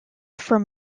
from